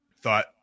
thought